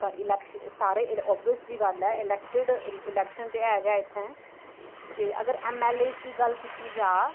तां इलैक्शन सारे ओबियस गल्ल ऐ इलैक्टेड इलैक्शन ते है गै ऐ इत्थै ते अगर ऐम्म ऐल्ल ए दी गल्ल कीती जा